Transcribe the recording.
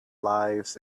lives